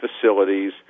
facilities